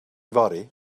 fory